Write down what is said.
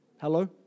Hello